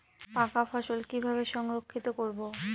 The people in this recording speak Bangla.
পাকা ফসল কিভাবে সংরক্ষিত করব?